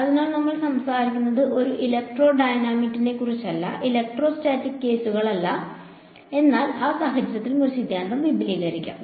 അതിനാൽ നമ്മൾ സംസാരിക്കുന്നത് ഇലക്ട്രോഡൈനാമിക്സിനെക്കുറിച്ചല്ല ഇലക്ട്രോസ്റ്റാറ്റിക് കേസുകളല്ല എന്നാൽ ആ സാഹചര്യത്തിലും ഒരു സിദ്ധാന്തം വിപുലീകരിക്കാം